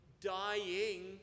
dying